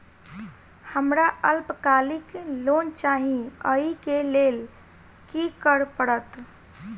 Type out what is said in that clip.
हमरा अल्पकालिक लोन चाहि अई केँ लेल की करऽ पड़त?